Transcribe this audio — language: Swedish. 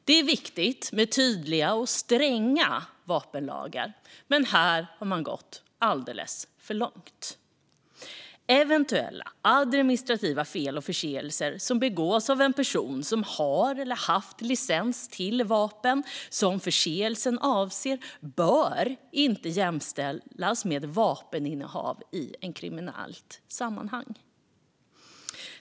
Det är viktigt med tydliga och stränga vapenlagar, men här har man gått alldeles för långt. Eventuella administrativa fel och förseelser som begås av en person som har eller har haft licens för det vapen som förseelsen avser bör inte jämställas med vapeninnehav i ett kriminellt sammanhang.